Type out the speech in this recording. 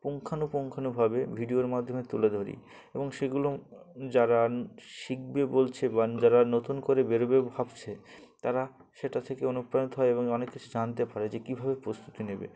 পুঙ্খানুপুঙ্খভাবে ভিডিওর মাধ্যমে তুলে ধরি এবং সেগুলো যারা শিখবে বলছে বা যারা নতুন করে বেরোবে ভাবছে তারা সেটা থেকে অনুপ্রাণিত হয় এবং অনেক কিছু জানতে পারে যে কীভাবে প্রস্তুতি নেবে